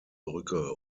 brücke